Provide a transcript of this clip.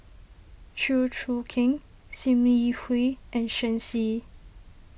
Chew Choo Keng Sim Yi Hui and Shen Xi